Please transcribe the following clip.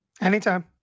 Anytime